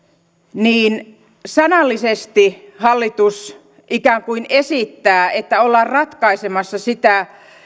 niin sanallisesti hallitus ikään kuin esittää että ollaan ratkaisemassa sitä